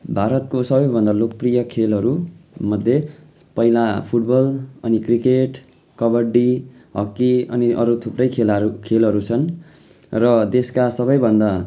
भारतको सबैभन्दा लोकप्रिय खेलहरूमध्ये पहिला फुटबल अनि क्रिकेट कबड्डी हकी अनि अरू थुप्रै खेलाहरू खेलहरू छन् र देशका सबैभन्दा